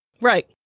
Right